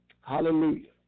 Hallelujah